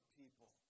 people